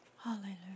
Hallelujah